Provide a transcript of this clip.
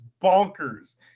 bonkers